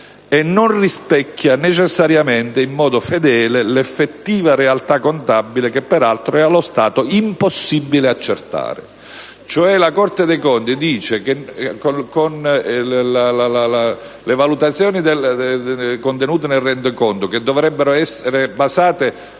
e non rispecchia in modo fedele l'effettiva realtà contabile, che peraltro, allo stato, è impossibile accertare. In sostanza, la Corte dei conti sostiene che le valutazioni contenute nel rendiconto, che dovrebbero essere basate